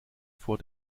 vor